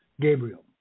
Gabriel